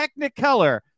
Technicolor